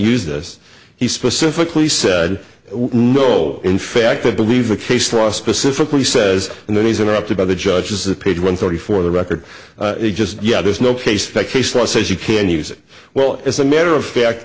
use this he specifically said no in fact i believe the case law specifically says and then he's interrupted by the judge is a page one story for the record just yet there's no case by case law says you can use it well as a matter of fact